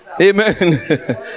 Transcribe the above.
amen